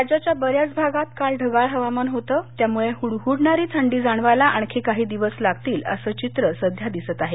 राज्याच्या बऱ्याच भागात काल ढगाळ हवामान होतं त्यामुळे हुडहुडणारी थंडी जाणवायला आणखी काही दिवस लागतील असं चित्र सध्या दिसत आहे